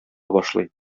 башлый